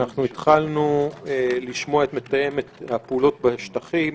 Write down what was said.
התחלנו לשמוע את מתאם הפעולות בשטחים,